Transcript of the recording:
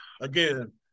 again